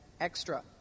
extra